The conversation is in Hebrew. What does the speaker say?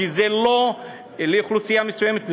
כי זה לא לאוכלוסייה מסוימת,